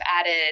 added